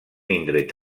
indret